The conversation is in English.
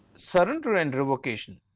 surrender and revocation,